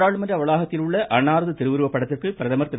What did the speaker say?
நாடாளுமன்ற வளாகத்தில் உள்ள அன்னாரது திருவுருவப் படத்திற்கு பிரதமர் திரு